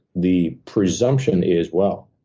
the presumption is, well,